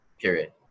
period